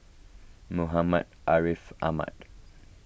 Muhammad Ariff Ahmad